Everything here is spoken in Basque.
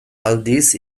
aldiz